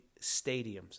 stadiums